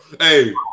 Hey